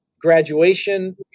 graduation